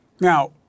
Now